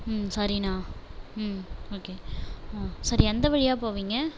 சரிண்ணா ஓகே சரி எந்த வழியாக போவீங்க